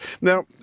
Now